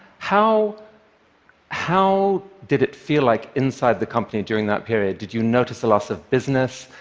how how did it feel like inside the company during that period? did you notice a loss of business?